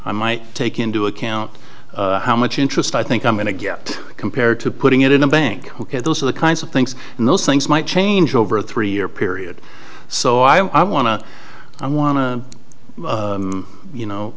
i might take into account how much interest i think i'm going to get compared to putting it in a bank ok those are the kinds of things and those things might change over a three year period so i want to i want to you know